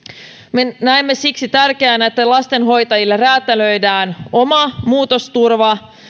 me näemme siksi tärkeänä että lastenhoitajille räätälöidään oma muutosturva